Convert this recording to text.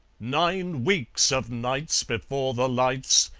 nine weeks of nights, before the lights,